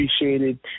appreciated